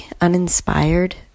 uninspired